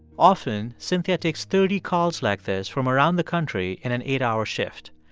often, cynthia takes thirty calls like this from around the country in an eight-hour shift.